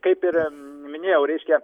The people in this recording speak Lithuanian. kaip ir minėjau reiškia